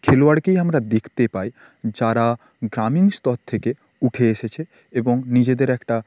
খেলোয়াড়কেই আমরা দেখতে পাই যারা গ্রামীণ স্তর থেকে উঠে এসেছে এবং নিজেদের একটা